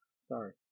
Sorry